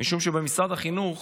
משום שבמשרד החינוך